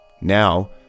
Now